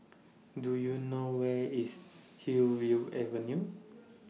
Do YOU know Where IS Hillview Avenue